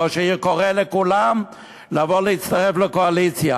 ראש העיר קורא לכולם לבוא, להצטרף לקואליציה,